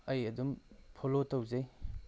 ꯑꯩ ꯑꯗꯨꯝ ꯐꯣꯂꯣ ꯇꯧꯖꯩ